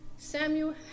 Samuel